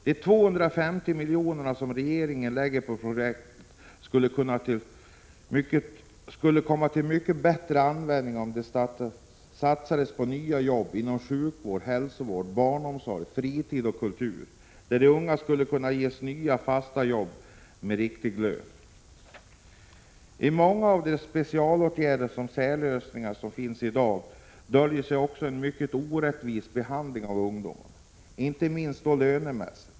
De 250 miljoner som regeringen lägger ned på projektet skulle komma till mycket bättre användning, om de satsades på nya jobb inom sjukoch hälsovård, barnomsorg, fritid och kultur, där de unga skulle kunna ges nya fasta jobb med riktiga löner. I många av de specialåtgärder och särlösningar som finns i dag döljer sig också en mycket orättvis behandling av ungdomen, inte minst då lönemässigt.